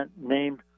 named